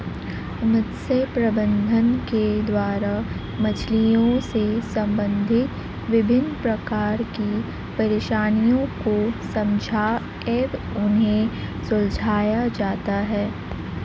मत्स्य प्रबंधन के द्वारा मछलियों से संबंधित विभिन्न प्रकार की परेशानियों को समझा एवं उन्हें सुलझाया जाता है